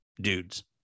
dudes